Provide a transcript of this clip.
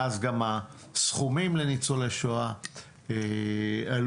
מאז גם הסכומים לניצולי שואה עלו.